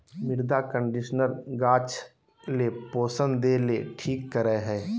मृदा कंडीशनर गाछ ले पोषण देय ले ठीक करे हइ